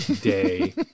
day